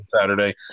saturday